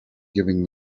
giving